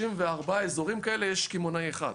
34 אזורים כאלה, יש קמעונאי אחד.